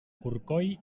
corcoll